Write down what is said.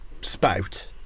spout